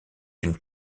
une